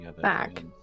back